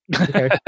Okay